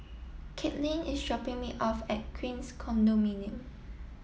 Katlin is hopping me off at Queens Condominium